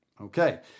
Okay